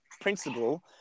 principle